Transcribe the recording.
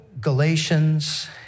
Galatians